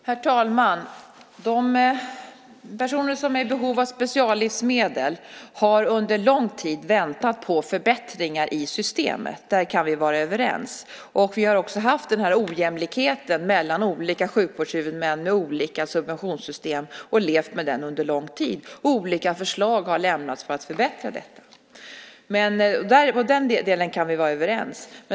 Herr talman! De personer som är i behov av speciallivsmedel har under en lång tid väntat på förbättringar i systemet. Där kan vi vara överens. Vi har också haft en ojämlikhet mellan olika sjukvårdshuvudmän med olika subventionssystem och levt med den under en lång tid. Olika förslag har avlämnats för att åstadkomma förbättringar. I den delen kan vi vara överens.